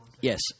yes